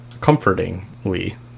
comfortingly